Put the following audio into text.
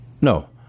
No